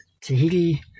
Tahiti